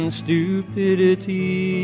stupidity